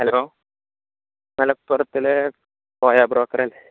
hello മലപ്പുറത്തിലേ Koya broker അല്ലേ